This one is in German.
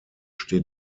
steht